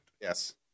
yes